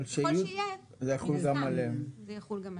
ככל שיהיו מן הסתם זה יחול גם עליהם.